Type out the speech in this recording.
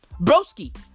Broski